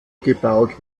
gebaut